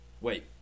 Wait